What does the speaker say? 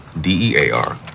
D-E-A-R